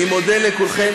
אני מודה לכולכם.